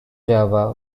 java